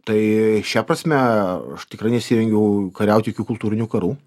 tai šia prasme aš tikrai nesirengiu kariaut jokių kultūrinių karų